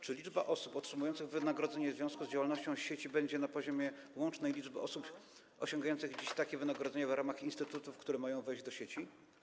Czy liczba osób otrzymujących wynagrodzenie w związku z działalnością sieci będzie na poziomie łącznej liczby osób osiągających dziś takie wynagrodzenia w ramach instytutów, które mają wejść do sieci?